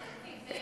אין תקציב,